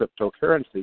cryptocurrency